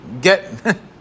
Get